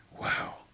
Wow